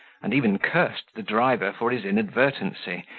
and even cursed the driver for his inadvertency,